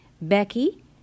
Becky